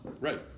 Right